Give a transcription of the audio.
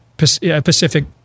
pacific